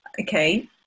okay